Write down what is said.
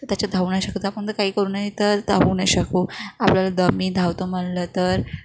तर त्याच्यात धावू नाही शकत आपण तर काही करू नाही तर धावू नाही शकू आपल्याला दमही धावतो म्हटलं तर